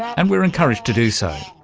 and we're encouraged to do so.